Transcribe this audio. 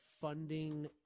funding